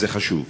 זה חשוב.